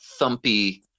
thumpy